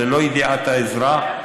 ללא ידיעת האזרח,